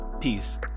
peace